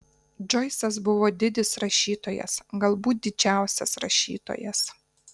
džoisas buvo didis rašytojas galbūt didžiausias rašytojas